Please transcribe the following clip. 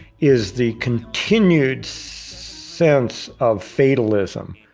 is the continued sense of fatalism.